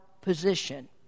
position